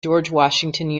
georgetown